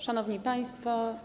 Szanowni Państwo!